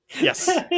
Yes